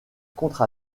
contre